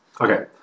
Okay